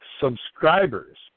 subscribers